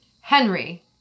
Henry